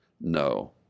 No